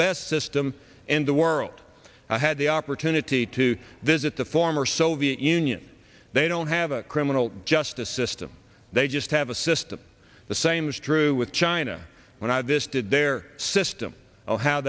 best system in the world i had the opportunity to visit the former soviet union they don't have a criminal justice system they just have a system the same is true with china when i visited their system and how